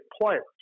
players